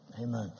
amen